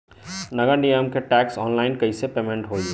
नगर निगम के टैक्स ऑनलाइन कईसे पेमेंट होई?